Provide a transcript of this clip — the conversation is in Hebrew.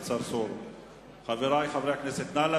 אדוני.